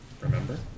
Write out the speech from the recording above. Remember